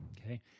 Okay